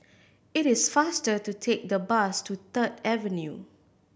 it is faster to take the bus to Third Avenue